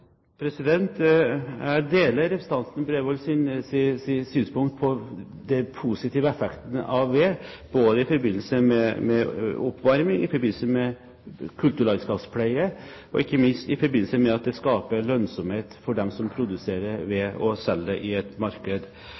Jeg deler representanten Bredvolds synspunkt på den positive effekten av ved både i forbindelse med oppvarming, i forbindelse med kulturlandskapspleie og, ikke minst, i forbindelse med at det skaper lønnsomhet for dem som produserer ved og selger det i et marked.